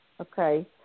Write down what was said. okay